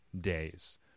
days